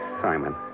Simon